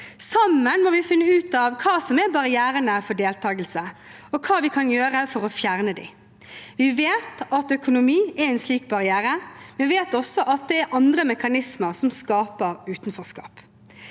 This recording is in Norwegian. Sammen må vi finne ut av hva som er barrierene for deltakelse, og hva vi kan gjøre for å fjerne dem. Vi vet at økonomi er en slik barriere, men vi vet også at det er andre mekanismer som skaper utenforskap.